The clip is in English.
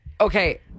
Okay